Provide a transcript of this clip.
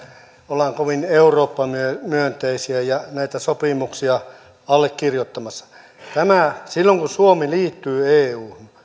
ollaan kovin eurooppa myönteisiä ja näitä sopimuksia allekirjoittamassa silloin kun suomi liittyi euhun